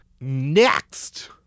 Next